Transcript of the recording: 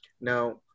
Now